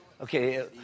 okay